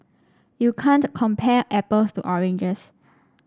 you can't compare apples to oranges